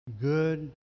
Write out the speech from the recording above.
good